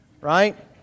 right